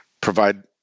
provide